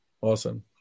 awesome